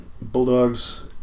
Bulldogs